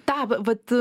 tą vat